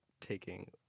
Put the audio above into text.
taking